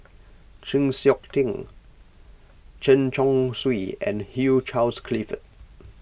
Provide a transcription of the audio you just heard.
Chng Seok Tin Chen Chong Swee and Hugh Charles Clifford